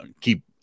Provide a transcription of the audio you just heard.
keep